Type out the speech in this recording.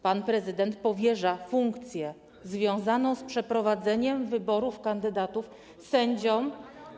Pan prezydent powierza funkcję związaną z przeprowadzeniem wyboru kandydatów sędziom.